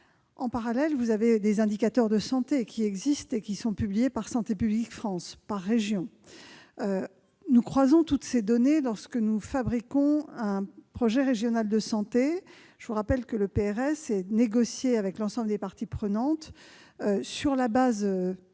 En parallèle existent des indicateurs de santé par région qui sont publiés par Santé publique France. Nous croisons toutes ces données lorsque nous établissons un projet régional de santé. Je vous rappelle que le PRS est négocié avec l'ensemble des parties prenantes, sur la base